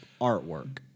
artwork